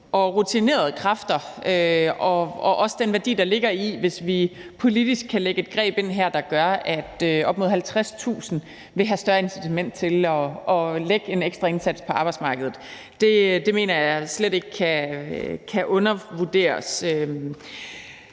rutinerede kræfter ansat, og om, hvilken værdi det vil have, hvis vi politisk kan lægge et greb ind her, der gør, at op mod 50.000 vil have større incitament til at lægge en ekstra indsats på arbejdsmarkedet. Det mener jeg slet ikke kan overvurderes.